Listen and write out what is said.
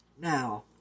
Now